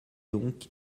donc